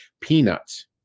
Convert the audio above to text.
peanuts